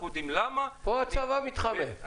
אנחנו יודעים למה -- פה הצבא מתחמק.